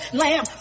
lamb